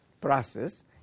process